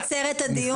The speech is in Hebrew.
התפארתן